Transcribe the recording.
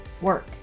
work